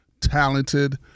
talented